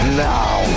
now